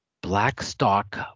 Blackstock